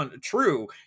true